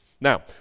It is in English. Now